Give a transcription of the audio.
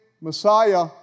Messiah